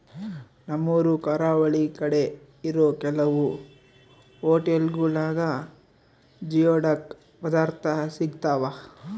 ನಮ್ಮೂರು ಕರಾವಳಿ ಕಡೆ ಇರೋ ಕೆಲವು ಹೊಟೆಲ್ಗುಳಾಗ ಜಿಯೋಡಕ್ ಪದಾರ್ಥ ಸಿಗ್ತಾವ